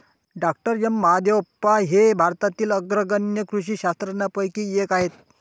डॉ M Mahadevappa हे भारतातील अग्रगण्य कृषी शास्त्रज्ञांपैकी एक आहेत